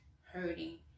hurting